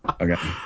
Okay